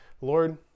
Lord